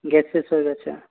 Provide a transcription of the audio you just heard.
gas শেষ হয়ে গেছে